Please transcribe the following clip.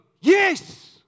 yes